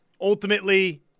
Ultimately